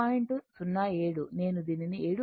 07 నేను దీనిని 7